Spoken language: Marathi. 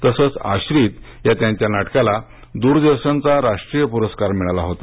तसेच आश्रित या नाटकाला द्रदर्शनचा राष्ट्रीय पुरस्कार मिळाला होता